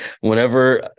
whenever